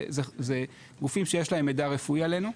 אלו גופים שיש להם מידע רפואי עלינו.